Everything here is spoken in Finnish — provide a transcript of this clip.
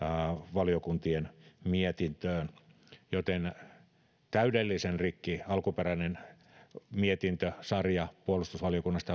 valiokuntien mietintöön joten täydellisen rikki alkuperäinen mietintösarja puolustusvaliokunnasta